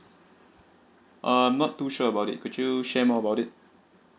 um not too sure about it could you share more about it